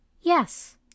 Yes